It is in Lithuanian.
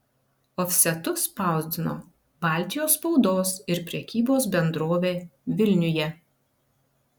ofsetu spausdino baltijos spaudos ir prekybos bendrovė vilniuje